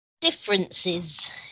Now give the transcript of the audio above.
differences